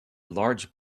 large